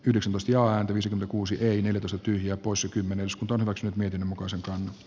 jos asiaan tulisi kuusi ehdotusta tyhjä poissa kymmenen iskut olivat syyt miten muka siltä